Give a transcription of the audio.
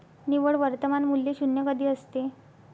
निव्वळ वर्तमान मूल्य शून्य कधी असते?